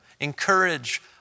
encourage